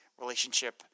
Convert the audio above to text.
relationship